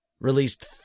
released